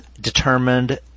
determined